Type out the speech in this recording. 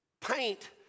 paint